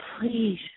please